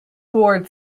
ward